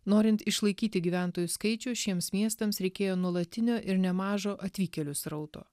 norint išlaikyti gyventojų skaičių šiems miestams reikėjo nuolatinio ir nemažo atvykėlių srauto